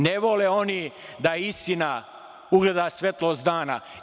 Ne vole oni da istina ugleda svetlost dana.